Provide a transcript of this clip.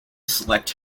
select